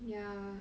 ya